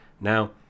Now